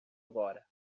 agora